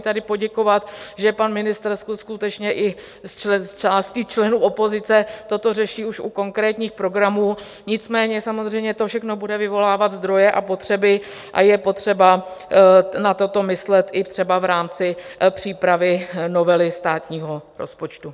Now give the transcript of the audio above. Chtěla bych tady poděkovat, že pan ministr skutečně i s částí členů opozice toto řeší už u konkrétních programů, nicméně samozřejmě to všechno bude vyvolávat zdroje a potřeby a je potřeba na toto myslet i třeba v rámci přípravy novely státního rozpočtu.